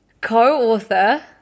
Co-author